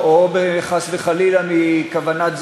היושבת-ראש, מכובדי